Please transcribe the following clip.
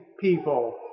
people